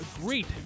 great